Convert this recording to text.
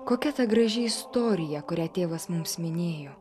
kokia ta graži istorija kurią tėvas mums minėjo